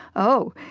oh,